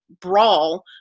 brawl